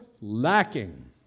lacking